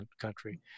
country